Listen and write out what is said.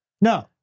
No